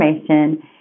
information